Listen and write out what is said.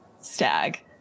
Stag